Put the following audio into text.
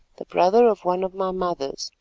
the brother of one of my mothers,